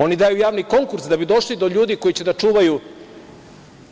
Oni daju javni konkurs da bi došli do ljudi koji će da čuvaju